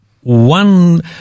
one